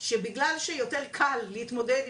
על הנושא הזה,